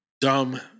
dumb